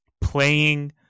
playing